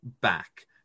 back